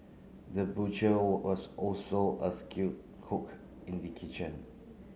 the butcher was also a skilled cook in the kitchen